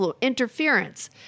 interference